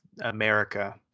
America